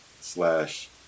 slash